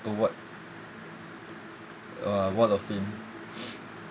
award